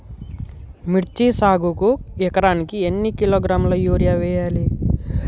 మిర్చి సాగుకు ఎకరానికి ఎన్ని కిలోగ్రాముల యూరియా వేయాలి?